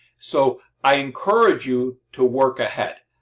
so i encourage you to work ahead.